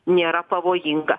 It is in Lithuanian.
nėra pavojinga